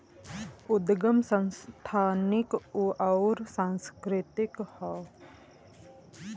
उदगम संस्थानिक अउर सांस्कृतिक हौ